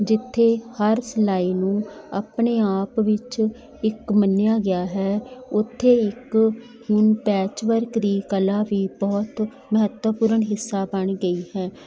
ਜਿੱਥੇ ਹਰ ਸਿਲਾਈ ਨੂੰ ਆਪਣੇ ਆਪ ਵਿੱਚ ਇੱਕ ਮੰਨਿਆ ਗਿਆ ਹੈ ਉੱਥੇ ਇੱਕ ਹੁਣ ਪੈਚਵਰਕ ਦੀ ਕਲਾ ਵੀ ਬਹੁਤ ਮਹੱਤਵਪੂਰਨ ਹਿੱਸਾ ਬਣ ਗਈ ਹੈ